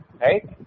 right